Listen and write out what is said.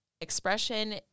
expression